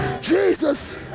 Jesus